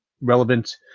relevant